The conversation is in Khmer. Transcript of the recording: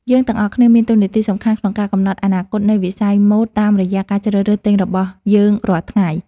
យើងទាំងអស់គ្នាមានតួនាទីសំខាន់ក្នុងការកំណត់អនាគតនៃវិស័យម៉ូដតាមរយៈការជ្រើសរើសទិញរបស់យើងរាល់ថ្ងៃ។